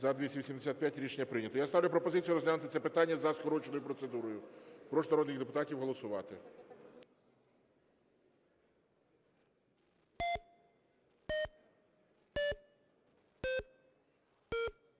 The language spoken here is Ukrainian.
За-285 Рішення прийнято. Я ставлю пропозицію розглянути це питання за скороченою процедурою. Прошу народних депутатів голосувати.